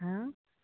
हँ